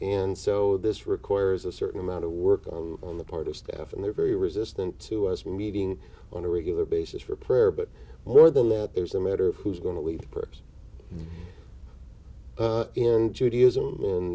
and so this requires a certain amount of work on the part of staff and they're very resistant to us meeting on a regular basis for prayer but more than that there's a matter of who's going to lead purpose in judaism